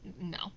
no